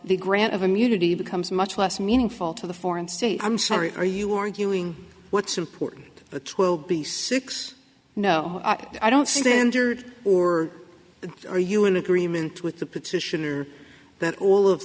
the grant of immunity becomes much less meaningful to the foreign state i'm sorry are you arguing what's important the twelve b six no i don't see sander or are you in agreement with the petitioner that all of